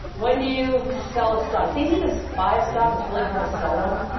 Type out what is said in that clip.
when do you sell a stock? it's easy to so buy a stock. it's really hard to sell one.